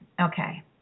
Okay